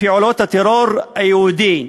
פעולות הטרור היהודי,